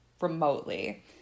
remotely